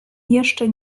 jeszcze